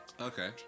Okay